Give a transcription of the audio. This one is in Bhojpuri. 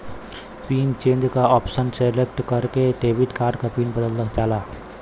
पिन चेंज क ऑप्शन सेलेक्ट करके डेबिट कार्ड क पिन बदलल जाला